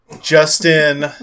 Justin